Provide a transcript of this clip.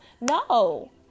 No